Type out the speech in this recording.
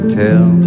tell